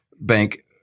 Bank